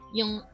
yung